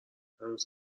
هنوز